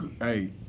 Hey